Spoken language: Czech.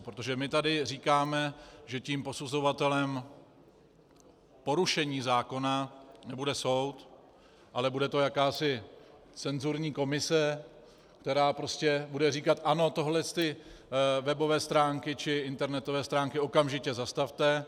Protože my tady říkáme, že tím posuzovatelem porušení zákona nebude soud, ale bude to jakási cenzurní komise, která prostě bude říkat: Ano, tyhle webové stránky či internetové stránky okamžitě zastavte.